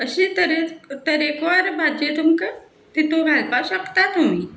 अशीं तरे तरेकवार भाज्यो तुमकां तितूंत घालपाक शकता तुमी